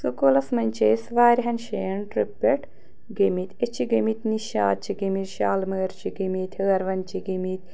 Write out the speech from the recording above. سکوٗلَس منٛز چھِ أسۍ وارِہَن جایَن ٹِرٛپ پٮ۪ٹھ گٔمِتۍ أسۍ چھِ گٔمِتۍ نِشاط چھِ گٔمِتۍ شالِمٲر چھِ گٔمِتۍ ہٲروَن چھِ گٔمِتۍ